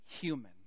human